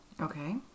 Okay